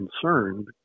concerned